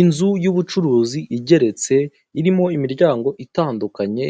Inzu y'ubucuruzi igeretse irimo imiryango itandukanye,